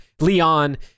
Leon